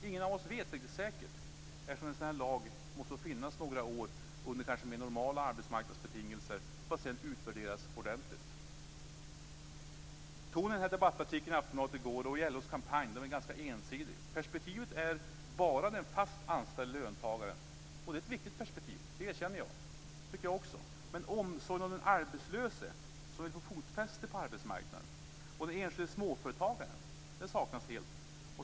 Ingen av oss vet detta riktigt säkert, eftersom en sådan här lag måste få finnas några år under mer normala arbetsmarknadsbetingelser för att sedan utvärderas ordentligt. Tonen i debattartikeln i Aftonbladet i går och i LO:s kampanj är ganska ensidig. Perspektivet är bara den fast anställde löntagarens, och det är ett viktigt perspektiv. Det erkänner jag. Det tycker jag också. Men omsorgen om den arbetslöse som vill få fotfäste på arbetsmarknaden och den enskilde småföretagaren saknas helt.